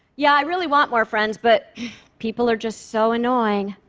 yeah, i really want more friends, but people are just so annoying.